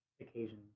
occasion